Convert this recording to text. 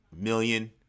million